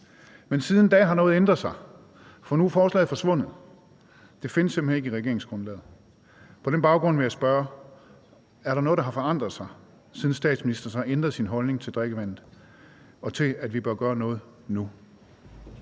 Men siden da har noget ændret sig, for nu er forslaget forsvundet. Det findes simpelt hen ikke i regeringsgrundlaget. På den baggrund vil jeg spørge: Er der noget, der har forandret sig, siden statsministeren har ændret sin holdning til drikkevandet og til, at vi bør gøre noget nu?